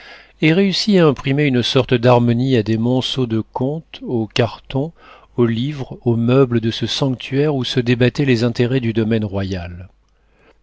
et réussit à imprimer une sorte d'harmonie à des monceaux de comptes aux cartons aux livres aux meubles de ce sanctuaire où se débattaient les intérêts du domaine royal